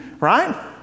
Right